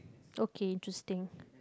okay interesting